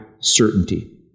certainty